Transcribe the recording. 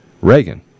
Reagan